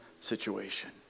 situation